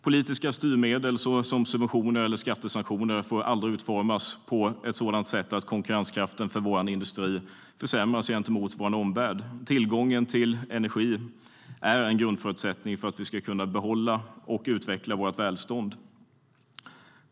Politiska styrmedel såsom subventioner eller skattesanktioner får aldrig utformas på ett sådant sätt att konkurrenskraften för vår industri försämras gentemot vår omvärld. Tillgången till energi är en grundförutsättning för att vi ska kunna behålla och utveckla vårt välstånd.